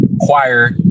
choir